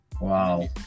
Wow